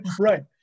Right